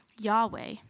Yahweh